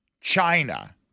China